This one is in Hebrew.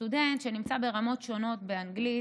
סטודנט שנמצא ברמות שונות באנגלית,